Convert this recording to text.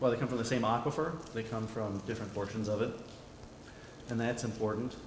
where they can for the same offer they come from different portions of it and that's important